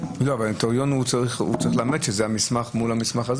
--- הנוטריון צריך לאמת מסמך מול מסמך,